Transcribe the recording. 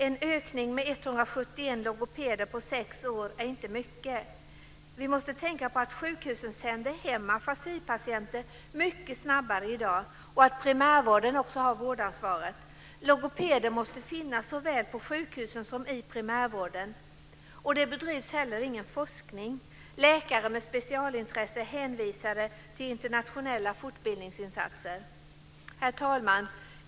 En ökning med 171 logopeder på sex år är inte mycket. Vi måste tänka på att sjukhusen numera sänder hem afasipatienter mycket snabbare och på att också primärvården har ett vårdansvar. Logopeder måste finnas såväl i primärvården som på sjukhusen. Det bedrivs ingen forskning på detta område. Läkare med specialintresse är hänvisade till internationella fortbildningsinsatser. Herr talman!